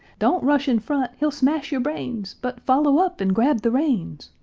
don't rush in front! he'll smash your brains but follow up and grab the reins!